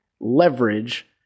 leverage